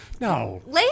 No